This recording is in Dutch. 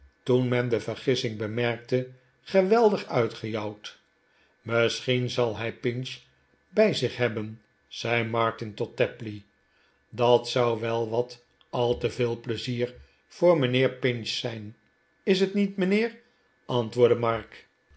toen men de vergissing bemerkte geweldig uitgejouwd misschien zal hij pinch bij zich hebben zei martin tot tapley jqat zou wel wat al te veel pleizier voor mijpheer pinch zijn is bet niet mijnheer antwoordde mark